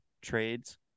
trades